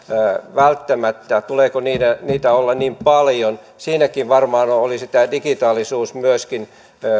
välttämättä tuleeko niitä niitä olla niin paljon siinäkin varmaan olisi digitaalisuus